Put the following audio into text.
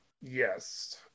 yes